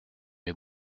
mes